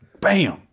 bam